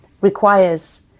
requires